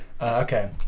Okay